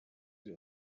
sie